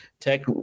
tech